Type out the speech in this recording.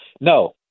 No